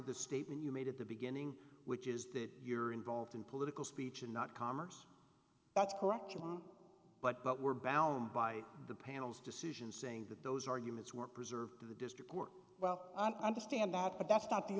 the statement you made at the beginning which is that you're involved in political speech and not commerce that's correct but but we're bound by the panel's decision saying that those arguments were preserved in the district work well under stand that but that's